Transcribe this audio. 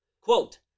Quote